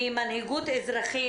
ממנהיגות אזרחית.